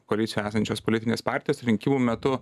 koalicijoj esančios politinės partijos rinkimų metu